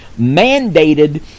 mandated